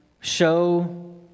show